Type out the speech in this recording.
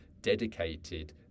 dedicated